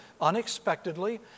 unexpectedly